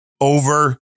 over